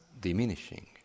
diminishing